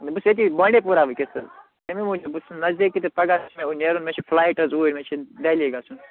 بہٕ چھُس ییٚتی بانٛڈی پوٗرا وُنکٮ۪س حظ تٔمی موٗجوٗب بہٕ چھُس نٔزدیٖکٕے پگاہ چھِ مےٚ ؤنۍ نیرُن مےٚ چھِ فُلایِٹ حظ اوٗرۍ مےٚ چھِ دہلی گژھُن